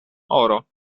oro